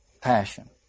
passion